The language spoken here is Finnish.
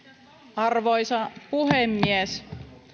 arvoisa puhemies